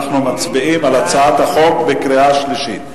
אנחנו מצביעים על הצעת החוק בקריאה שלישית.